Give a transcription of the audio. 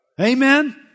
Amen